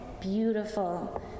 Beautiful